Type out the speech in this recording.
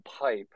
pipe